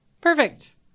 perfect